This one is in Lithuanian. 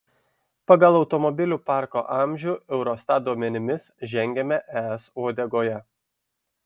pagal automobilių parko amžių eurostat duomenimis žengiame es uodegoje